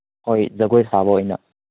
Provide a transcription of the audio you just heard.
ꯍꯣꯏ ꯖꯒꯣꯏ ꯁꯥꯕ ꯑꯣꯏꯅ